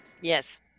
yes